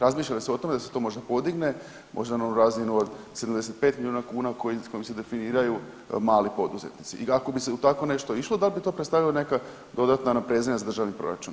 Razmišlja li se o tome da se to možda podigne, možda na onu razinu od 75 milijuna kuna sa kojom se definiraju mali poduzetnici i ako bi se u tako nešto išlo da li bi to predstavljalo neka dodatna naprezanja sa državnim proračunom?